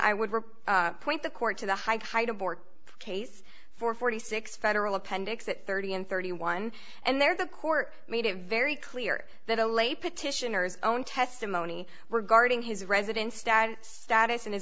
i would refer point the court to the hike case for forty six federal appendix that thirty and thirty one and there the court made it very clear that a lay petitioners own testimony regarding his residence status status and his